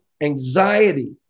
anxiety